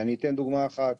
אני אתן דוגמה אחת,